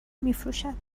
میفروشد